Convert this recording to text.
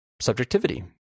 subjectivity